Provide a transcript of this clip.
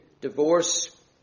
divorce